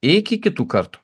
iki kitų kartų